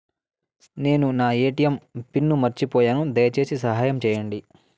నేను నా ATM pin మర్చిపోయాను, దయచేసి సహాయం చేయండి